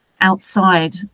outside